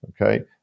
okay